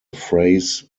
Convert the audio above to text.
phrase